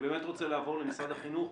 אני באמת רוצה לעבור למשרד החינוך.